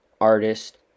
artist